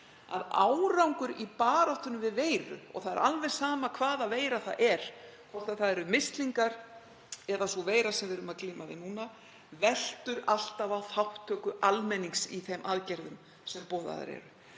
að árangur í baráttunni við veiru — og það er alveg sama hvaða veira það er, hvort það eru mislingar eða sú veira sem við erum að glíma við núna — veltur alltaf á þátttöku almennings í þeim aðgerðum sem boðaðar eru.